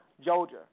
Georgia